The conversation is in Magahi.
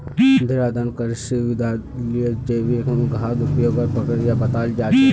देहरादून कृषि विश्वविद्यालयत जैविक खाद उपयोगेर प्रक्रिया बताल जा छेक